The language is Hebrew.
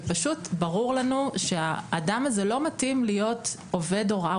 שפשוט ברור לנו שאותו אדם לא מתאים להיות עובד הוראה,